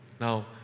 Now